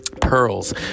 Pearls